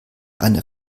eine